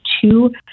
two